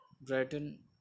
Brighton